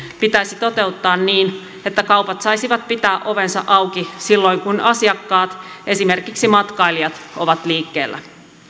pitäisi toteuttaa niin että kaupat saisivat pitää ovensa auki silloin kun asiakkaat esimerkiksi matkailijat ovat liikkeellä